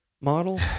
model